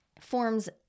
forms